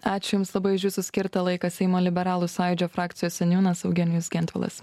ačiū jums labai už jūsų skirtą laiką seimo liberalų sąjūdžio frakcijos seniūnas eugenijus gentvilas